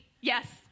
Yes